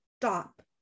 stop